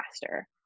faster